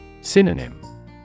Synonym